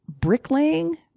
bricklaying